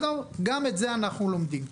גם את זה אנחנו לומדים.